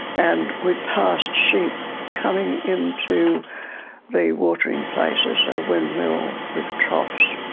and we passed sheep coming into the watering places, a windmill with troughs,